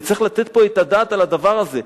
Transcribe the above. וצריך לתת פה את הדעת על הדבר הזה.